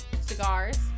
cigars